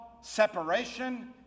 separation